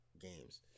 games